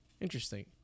Interesting